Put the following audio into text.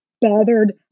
bothered